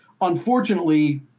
unfortunately